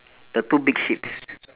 the two big sheeps